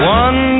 one